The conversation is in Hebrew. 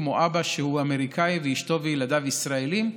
כמו אבא שהוא אמריקני ואשתו וילדיו ישראלים,